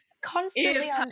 constantly